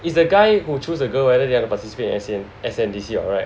is the guy who choose a girl whether they have to participate as S_N~ S_N_D_C or right